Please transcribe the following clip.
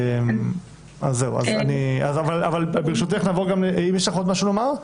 האם יש לך עוד משהו לומר?